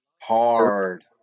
Hard